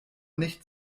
nicht